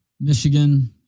Michigan